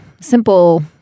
simple